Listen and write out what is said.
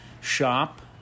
shop